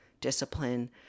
discipline